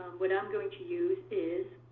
what i'm going to use is